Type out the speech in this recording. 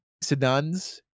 sedans